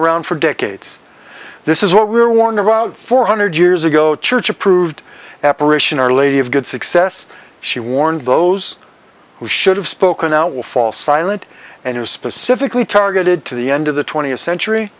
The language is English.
around for decades this is what we were warned about four hundred years ago church approved apparition our lady of good success she warned those who should have spoken out will fall silent and who specifically targeted to the end of the twentieth century